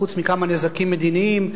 חוץ מכמה נזקים מדיניים,